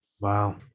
Wow